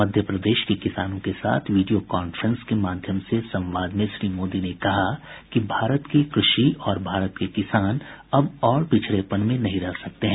मध्य प्रदेश के किसानों के साथ वीडियो कॉफ्रेंस के माध्यम से संवाद में श्री मोदी ने कहा कि भारत की कृषि और भारत के किसान अब और पिछड़ेपन में नहीं रह सकते हैं